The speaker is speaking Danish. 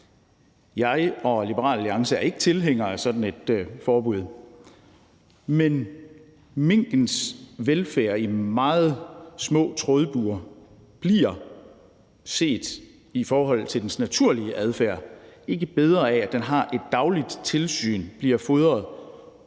Jeg og Liberal Alliance er ikke tilhængere af sådan et forbud, men minkens velfærd i meget små trådbure bliver, set i forhold til dens naturlige adfærd, ikke bedre af, at den har et dagligt tilsyn, bliver fodret